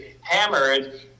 hammered